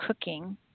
cooking